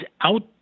out